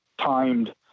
timed